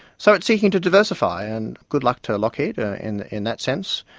so it's seeking to diversify. and good luck to lockheed ah in in that sense,